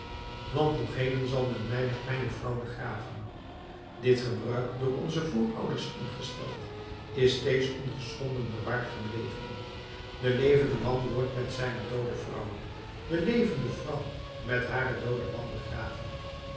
want nog heden zal men mij met mijne vrouw begraven dit gebruik door onze voorouders ingesteld is steeds ongeschonden bewaard gebleven de levende man wordt met zijne doode vrouw de levende vrouw met haren dooden man begraven